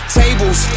tables